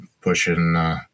pushing